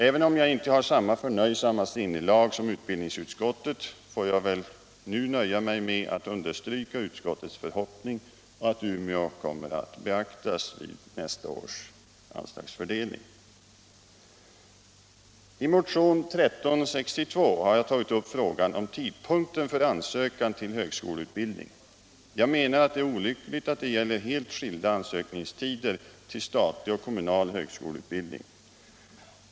Även om jag inte har samma förnöjsamma sinnelag som utbildningsutskottet får jag väl nu nöja mig med att understryka utskottets förhoppning om att Umeå kommer att beaktas vid nästa års anslagsfördelning. I motionen 1362 har jag tagit upp frågan om tidpunkten för ansökan till högskoleutbildning. Jag menar att det är olyckligt att det gäller helt skilda ansökningstider till statlig och kommunal högskoleutbildning.